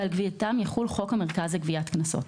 ועל גבייתם יחול חוק המרכז לגביית קנסות.